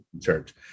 Church